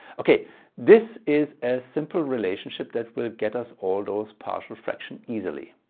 okay this is a simple relationship that will get us all those partial fraction easily.